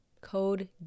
Code